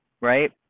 right